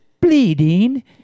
bleeding